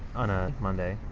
on a monday,